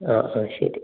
ആ ആ ശരി